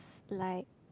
like